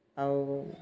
ଆଉ